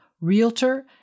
Realtor